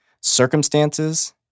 Circumstances